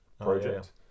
Project